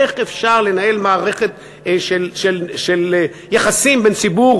איך אפשר לנהל מערכת של יחסים בין הציבור